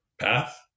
path